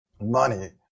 money